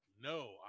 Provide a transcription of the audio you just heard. No